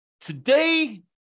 Today